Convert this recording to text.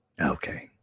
Okay